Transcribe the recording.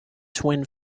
twin